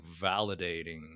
validating